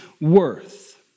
worth